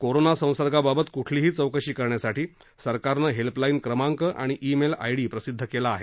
corona संसर्गाबाबत कुठलीही चौकशी करण्यासाठी सरकारनं हेल्पला नि क्रमांक आणि ई मेल आयडी प्रसिद्ध केला आहे